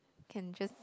can just